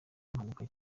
impanuka